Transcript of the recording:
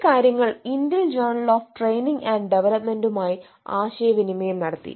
ഈ കാര്യങ്ങൾ Indian journal of training and ഡെവലൊപ്മെന്റുമായി ആശയവിനിമയം നടത്തി